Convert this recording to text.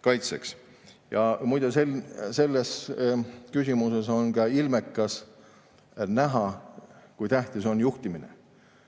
kaitseks. Muide, selles küsimuses on ka ilmekalt näha, kui tähtis on juhtimine.